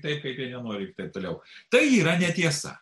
taip kaip jie nenori ir taip toliau tai yra netiesa